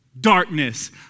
Darkness